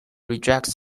rejects